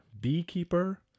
Beekeeper